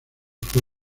fue